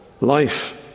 life